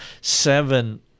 seven